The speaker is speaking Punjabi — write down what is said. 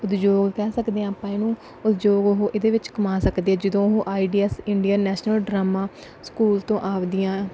ਉਦਯੋਗ ਕਹਿ ਸਕਦੇ ਆਪਾਂ ਇਹਨੂੰ ਉਦਯੋਗ ਉਹ ਇਹਦੇ ਵਿੱਚ ਕਮਾ ਸਕਦੇ ਜਦੋਂ ਉਹ I D S Indian National Drama School ਤੋਂ ਆਪ ਦੀਆਂ